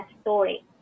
story